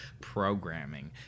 programming